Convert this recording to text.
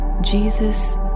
Jesus